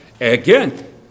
Again